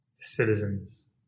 citizens